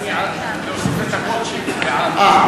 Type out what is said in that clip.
אה.